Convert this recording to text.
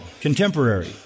contemporary